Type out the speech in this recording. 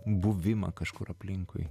buvimą kažkur aplinkui